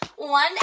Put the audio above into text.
One